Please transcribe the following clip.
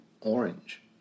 orange